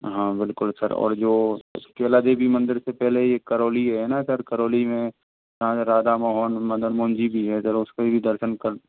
हाँ बिल्कुल सर और जो केला देवी मंदिर से पहले भी करौली है ना सर करौली में राधा मोहन मदन मोहन जी भी हाँ चलो उसके भी दर्शन कर